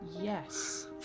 yes